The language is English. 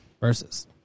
Versus